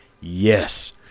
yes